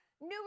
New